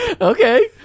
Okay